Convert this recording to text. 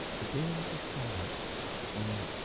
the days that followed well,